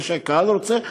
מה שהקהל רוצה,